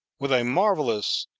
with a marvelous,